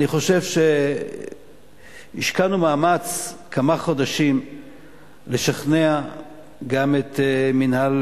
אני חושב שהשקענו מאמץ כמה חודשים לשכנע גם את מינהל